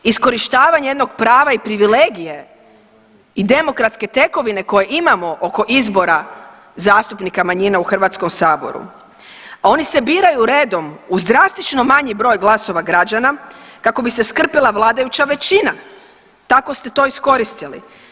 Iskorištavanje jednog prava i privilegije i demokratske tekovine koje imamo oko izbora zastupnika manjina u Hrvatskom saboru, a oni se biraju redom uz drastično manji broj glasova građana kako bi se skrpila vladajuća većina, tako ste to iskoristili.